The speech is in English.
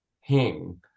hing